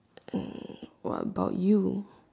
hmm what about you